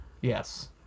Yes